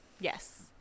yes